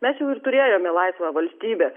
mes jau ir turėjome laisvą valstybę